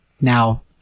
now